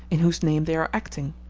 in whose name they are acting.